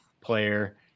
player